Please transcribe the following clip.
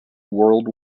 world